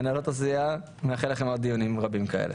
מנהלות הסיעה, אני מאחל לכם עוד דיונים רבים כאלה.